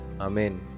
Amen